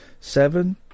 seven